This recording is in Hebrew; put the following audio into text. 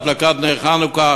הדלקת נר חנוכה